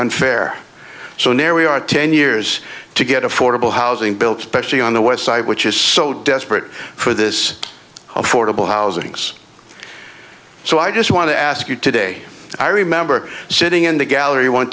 unfair so now we are ten years to get affordable housing built specially on the west side which is so desperate for this affordable housing so i just want to ask you today i remember sitting in the gallery one